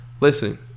Listen